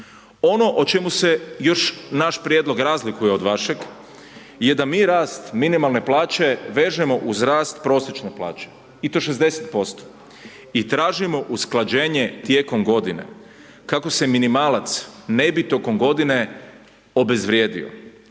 Ono o čemu se još naš prijedlog razlikuje od vašeg je da mi rast minimalne plaće vežemo uz rast prosječne plaće i to 60% i tražimo usklađenje tijekom godine, kako se minimalac ne bi tokom godine obezvrijedio